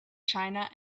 china